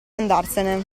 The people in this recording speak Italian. andarsene